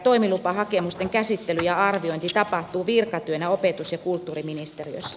toimilupahakemusten käsittely ja arviointi tapahtuu virkatyönä opetus ja kulttuuriministeriössä